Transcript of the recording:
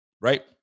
right